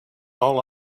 all